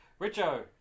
Richo